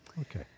okay